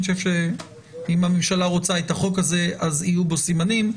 אני חושב שאם הממשלה רוצה את החוק הזה אז יהיו בו סימנים.